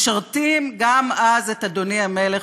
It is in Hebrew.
משרתים גם אז את "אדוני המלך",